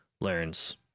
learns